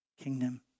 kingdom